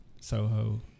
Soho